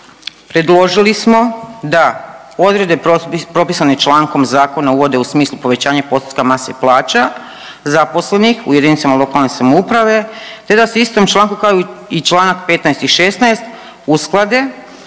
predložili smo da odredbe propisane člankom zakona uvode u smislu povećanje postotka mase plaća zaposlenih u jedinicama lokalne samouprave te da se istim člankom kao i čl. 15 i 16 usklade,